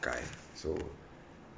guy so